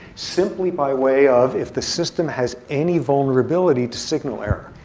simply by way of if the system has any vulnerability to signal error.